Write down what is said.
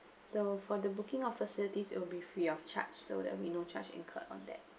so for the booking of facilities it'll be free of charge so there'll be no charge incurred on that